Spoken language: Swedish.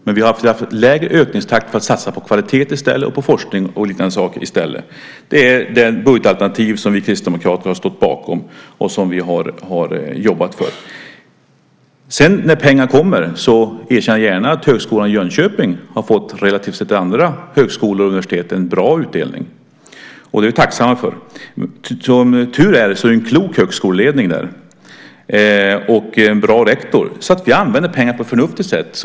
Men vi har föreslagit en lägre ökningstakt för att i stället satsa på kvalitet och forskning och liknande saker. Det är det budgetalternativ som vi kristdemokrater har stått bakom och som vi har jobbat för. När pengar kommer erkänner jag gärna att Högskolan i Jönköping har fått relativt sett jämfört med andra högskolor och universitet en bra utdelning. Det är vi tacksamma för. Som tur är finns en klok högskoleledning där och en bra rektor. Vi använder pengar på ett förnuftigt sätt.